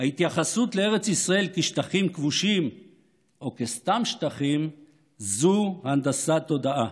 ההתייחסות לארץ ישראל כשטחים כבושים או כסתם שטחים זו הנדסת תודעה.